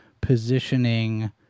positioning